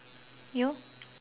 you